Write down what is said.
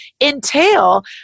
entail